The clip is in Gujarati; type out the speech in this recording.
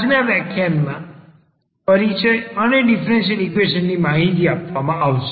આજના વ્યાખ્યાનમાં પરિચય અને ડીફરન્સીયલ ઈક્વેશન ની માહિતી આપવામાં આવશે